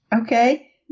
okay